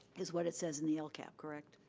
is what it says in the lcap, correct?